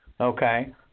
okay